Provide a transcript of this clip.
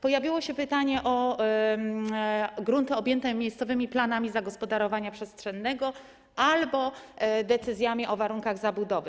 Pojawiło się pytanie o grunty objęte miejscowymi planami zagospodarowania przestrzennego albo decyzjami o warunkach zabudowy.